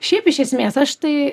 šiaip iš esmės aš tai